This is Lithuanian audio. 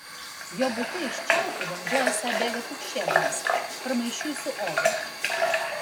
jo bute iš čiaupų vanduo esą bėga pukšėdamas pramaišiui su oru